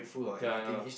ya I know